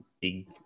big